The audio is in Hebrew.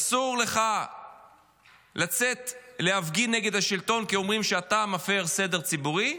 אסור לך לצאת להפגין נגד השלטון כי אומרים שאתה מפר סדר ציבורי,